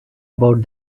about